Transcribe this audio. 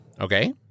Okay